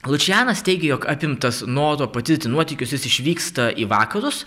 lučianas teigė jog apimtas noro patirti nuotykius jis išvyksta į vakarus